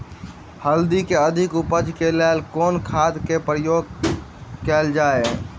हल्दी केँ अधिक उपज केँ लेल केँ खाद केँ प्रयोग कैल जाय?